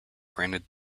granted